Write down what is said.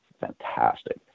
fantastic